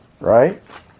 right